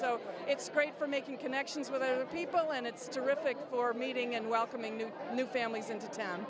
so it's great for making connections with other people and it's terrific for meeting and welcoming new families into town